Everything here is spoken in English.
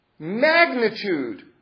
magnitude